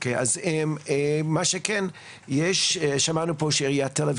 ומעביר לו את המשך ניהול הישיבה.